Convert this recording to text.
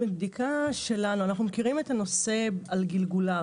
אנחנו מכירים את הנושא על גלגוליו,